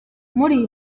muri